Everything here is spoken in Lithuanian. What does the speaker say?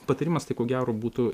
patarimas tai ko gero būtų